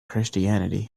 christianity